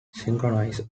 synchronized